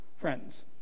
Friends